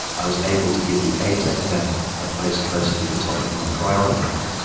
i was able to give the aids epidemic a place close to the top of my priorities.